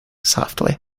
softly